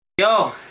Yo